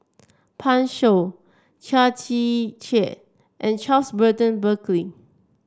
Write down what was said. Pan Shou Chia Tee Chiak and Charles Burton Buckley